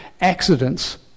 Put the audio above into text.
Accidents